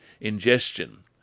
ingestion